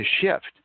shift